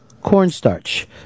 cornstarch